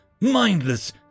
mindless